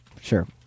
Sure